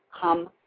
come